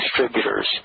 distributors